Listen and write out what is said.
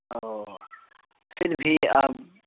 اوہ پھر بھی آپ